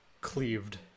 cleaved